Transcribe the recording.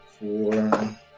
Four